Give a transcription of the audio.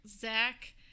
Zach